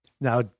Now